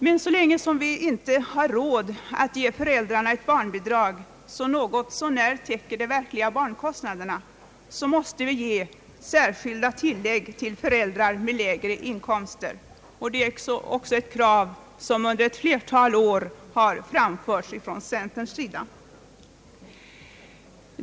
Men så länge vi inte har råd att ge föräldrarna ett barnbidrag som något så när täcker de verkliga barnkostnaderna, måste vi ge särskilda tillägg till föräldrar med lägre inkomster, och det är också ett krav som under ett flertal år har framförts från centerns sida.